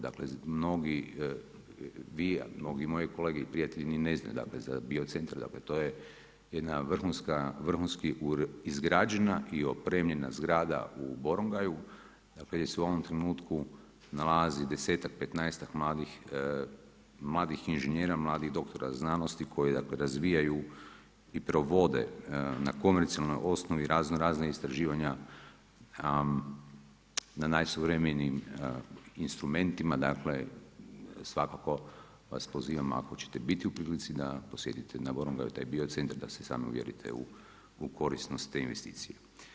Dakle mnogi vi a mnogi i moji kolege i prijatelji ni ne znaju dakle za bio centar, dakle to je jedna vrhunska, vrhunski izgrađena i opremljena zgrada u Borongraju dakle gdje se u ovom trenutku nalazi desetak, petnaestak mladih inženjera, mladih doktora znanosti koji dakle razvijaju i provode na komercijalnoj osnovi razno razna istraživanja na najsuvremenijim instrumentima dakle svakako vas pozivam ako ćete biti u prilici da posjetite na Borongaju taj biocentar da se sami uvjerite u korisnost te investicije.